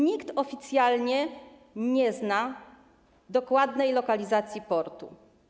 Nikt oficjalnie nie zna dokładnej lokalizacji portu.